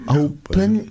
open